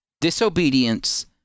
disobedience